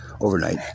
overnight